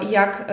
jak